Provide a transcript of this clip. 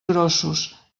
grossos